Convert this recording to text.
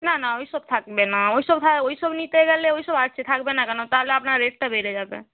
না না ওই সব থাকবে না ওই সব হ্যাঁ ওই সব নিতে গেলে ওই সব আছে থাকবে না কেন তাহলে আপনার রেটটা বেড়ে যাবে